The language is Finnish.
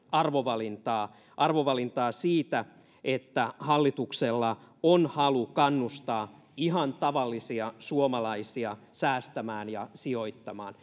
arvovalintaa arvovalintaa siitä että hallituksella on halu kannustaa ihan tavallisia suomalaisia säästämään ja sijoittamaan